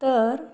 तर